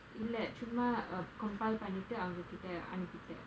இல்ல சும்மா:illa chumma compile பண்ணிட்டு அவங்க கிட்ட அனுப்பிட்டே:pannittu avanga kitta anupittae